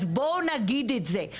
אז בואו נגיד את זה,